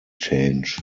change